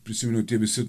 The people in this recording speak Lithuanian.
prisiminiau tie visi